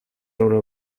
loro